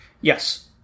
Yes